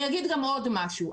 אני אגיד עוד משהו.